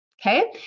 okay